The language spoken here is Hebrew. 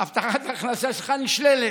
הבטחת הכנסה שלך נשללת.